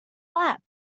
lap